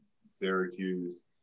Syracuse